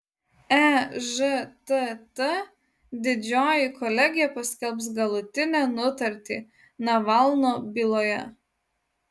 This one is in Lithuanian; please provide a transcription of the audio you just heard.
ežtt didžioji kolegija paskelbs galutinę nutartį navalno byloje